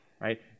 right